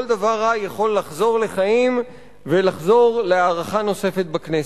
כל דבר רע יכול לחזור לחיים ולחזור להארכה נוספת בכנסת.